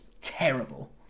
terrible